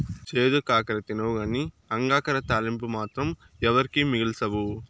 చేదు కాకర తినవుగానీ అంగాకర తాలింపు మాత్రం ఎవరికీ మిగల్సవు